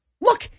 look